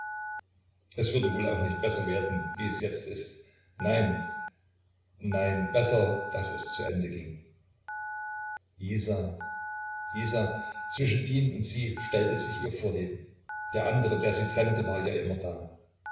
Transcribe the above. es würde wohl auch nicht besser werden wie es jetzt ist nein nein besser daß es zu ende ging isa isa zwischen ihn und sie stellte sich ihr vorleben der andere der sie trennte war ja immer da